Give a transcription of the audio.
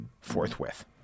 forthwith